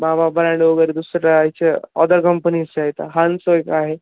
बाबा ब्रँड वगैरे दुसऱ्या आयच्या ऑदर कंपनीचे आहेत हान्सो एक आहे